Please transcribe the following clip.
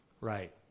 Right